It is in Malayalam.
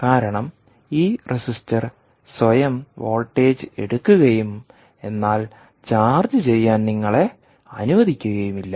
കാരണം ഈ റെസിസ്റ്റർ സ്വയം വോൾട്ടേജ് എടുക്കുകയും എന്നാൽ ചാർജ് ചെയ്യാൻ നിങ്ങളെ അനുവദിക്കുകയുമില്ല